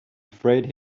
afraid